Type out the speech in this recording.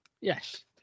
Yes